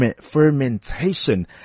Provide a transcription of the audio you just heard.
fermentation